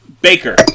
Baker